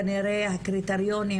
כנראה הקריטריונים,